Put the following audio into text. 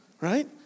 right